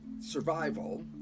survival